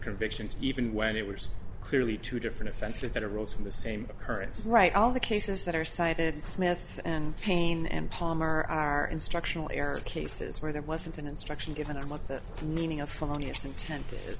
convictions even when it was clearly two different offenses that arose from the same occurrence right all the cases that are cited smith and payne and palmer are instructional error cases where there wasn't an instruction given on what the meaning of funniest inten